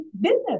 business